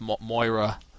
Moira